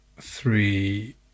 three